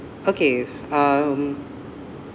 okay um